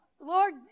Lord